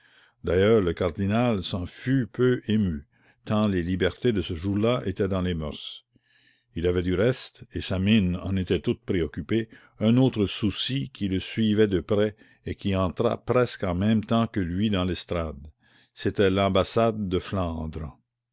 d'ailleurs le cardinal s'en fût peu ému tant les libertés de ce jour-là étaient dans les moeurs il avait du reste et sa mine en était toute préoccupée un autre souci qui le suivait de près et qui entra presque en même temps que lui dans l'estrade c'était l'ambassade de flandre